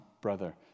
brother